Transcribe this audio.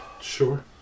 Sure